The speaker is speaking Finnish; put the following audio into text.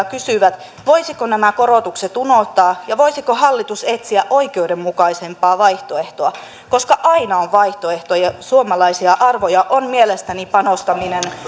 kysyvät voisiko nämä korotukset unohtaa ja voisiko hallitus etsiä oikeudenmukaisempaa vaihtoehtoa koska aina on vaihtoehtoja suomalaisia arvoja ovat mielestäni panostaminen